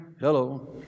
hello